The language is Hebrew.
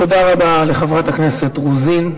תודה רבה לחברת הכנסת רוזין.